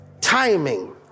timing